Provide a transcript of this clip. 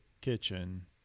kitchen